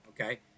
okay